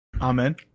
Amen